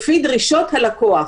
לפי דרישות הלקוח,